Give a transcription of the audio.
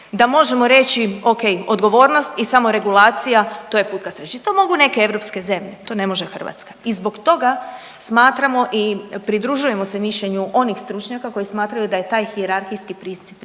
da možemo reći ok, odgovornost i samoregulacija to je put ka sreći. To mogu neke europske zemlje, to ne može Hrvatska. I zbog toga smatramo i pridružujemo se mišljenju onih stručnjaka koji smatraju da je taj hijerarhijski princip